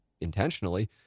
intentionally